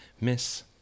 Miss